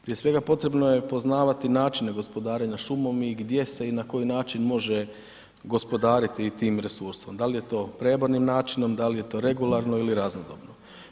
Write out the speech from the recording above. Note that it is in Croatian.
Prije svega potrebno je poznavati načine gospodarenja šumom i gdje se i na koji način može gospodariti tim resursom, da li je to prebornim načinom, da li je to regularno ili raznodobno.